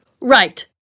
Right